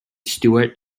stuart